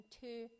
two